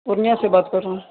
پورنیہ سے بات کر رہا ہوں